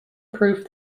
proved